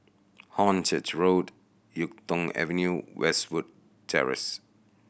Hornchurch Road Yuk Tong Avenue Westwood Terrace